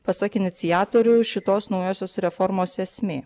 pasak iniciatorių šitos naujosios reformos esmė